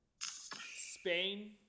Spain